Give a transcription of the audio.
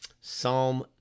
Psalm